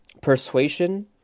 Persuasion